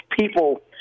people